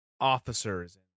officers